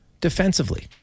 defensively